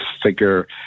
figure